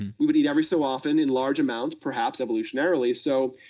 and we would eat every so often in large amounts, perhaps evolutionarily. so,